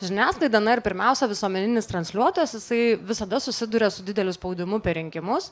žiniasklaida na ir pirmiausia visuomeninis transliuotojas jisai visada susiduria su dideliu spaudimu per rinkimus